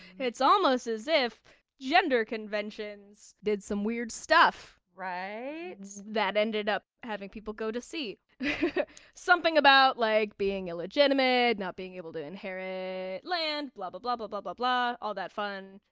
it's almost as if gender conventions did some weird stuff! right right that ended up having people go to see something about like being illegitimate and not being able to inherit land, blah, blah, blah, blah, blah blah, blah. all that fun.